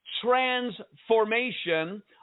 transformation